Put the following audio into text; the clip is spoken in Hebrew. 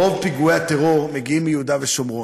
רוב פיגועי הטרור מגיעים מיהודה ושומרון,